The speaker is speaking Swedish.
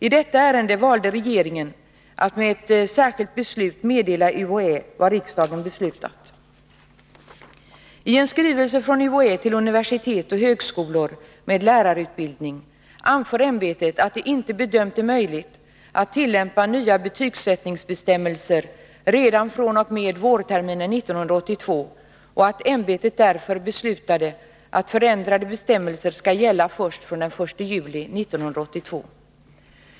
I detta ärende valde regeringen att med ett särskilt beslut meddela UHÄ vad riksdagen beslutat. I en skrivelse från UHÄ till universitet och högskolor med lärarutbildning anför ämbetet att det inte bedömt det möjligt att tillämpa nya betygsättningsbestämmelser redan fr.o.m. vårterminen 1982 och att ämbetet därför beslutat att förändrade bestämmelser skall gälla först från den 1 juli 1982.